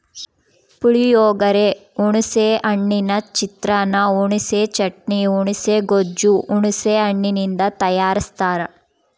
ಪುಳಿಯೋಗರೆ, ಹುಣಿಸೆ ಹಣ್ಣಿನ ಚಿತ್ರಾನ್ನ, ಹುಣಿಸೆ ಚಟ್ನಿ, ಹುಣುಸೆ ಗೊಜ್ಜು ಹುಣಸೆ ಹಣ್ಣಿನಿಂದ ತಯಾರಸ್ತಾರ